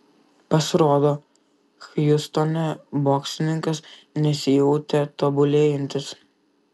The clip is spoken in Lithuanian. pasirodo hjustone boksininkas nesijautė tobulėjantis